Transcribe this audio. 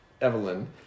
Evelyn